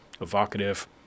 evocative